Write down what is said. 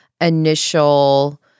initial